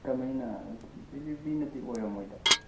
ꯀꯃꯥꯏꯅ ꯗꯦꯂꯤꯕꯔꯤꯅꯗꯤ ꯑꯣꯏꯔꯝꯃꯣꯏꯗ